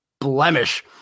blemish